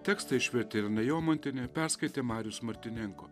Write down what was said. tekstą išvertė irena jomantienė perskaitė marijus martinenko